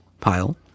pile